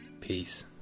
Peace